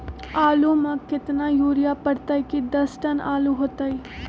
आलु म केतना यूरिया परतई की दस टन आलु होतई?